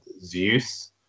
Zeus